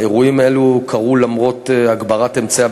האירועים האלו קרו למרות הגברת אמצעי